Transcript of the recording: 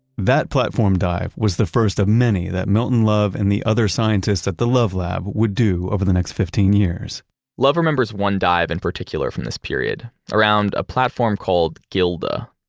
that platform dive was the first of many that milton love and the other scientists at the love lab would do over the next fifteen years love remembers one dive in particular from this period, around a platform called gilda.